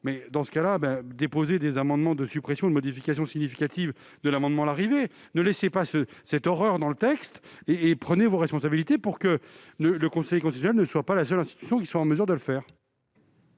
Dans ce cas, déposez des amendements de suppression ou de modification significative de l'amendement Larrivé ! Ne laissez pas une telle horreur dans le texte et prenez vos responsabilités ! Le Conseil constitutionnel ne doit pas être la seule institution en mesure de le faire.